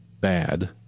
bad